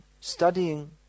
studying